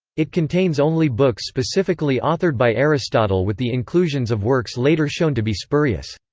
it contains only books specifically authored by aristotle with the inclusions of works later shown to be spurious.